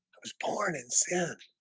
was born in sin.